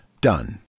Done